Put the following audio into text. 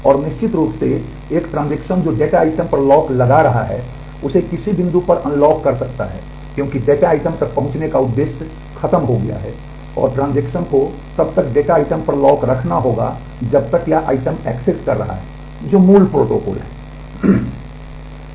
और निश्चित रूप से एक ट्रांजेक्शन को तब तक डेटा आइटम पर लॉक रखना होगा जब तक यह आइटम एक्सेस कर रहा है जो मूल प्रोटोकॉल है